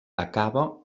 acaba